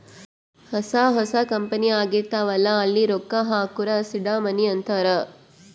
ಹೊಸಾ ಹೊಸಾ ಕಂಪನಿ ಆಗಿರ್ತಾವ್ ಅಲ್ಲಾ ಅಲ್ಲಿ ರೊಕ್ಕಾ ಹಾಕೂರ್ ಸೀಡ್ ಮನಿ ಅಂತಾರ